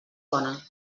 bona